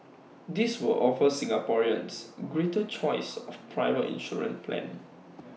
this will offer Singaporeans greater choice of private insurance plans